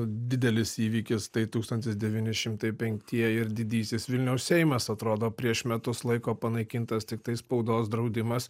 didelis įvykis tai tūkstantis devyni šimtai penktieji ir didysis vilniaus seimas atrodo prieš metus laiko panaikintas tiktai spaudos draudimas